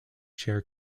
chair